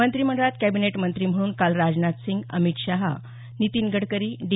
मंत्रीमंडळात कॅबिनेट मंत्री म्हणून काल राजनाथ सिंग अमित शहा नितीन गडकरी डी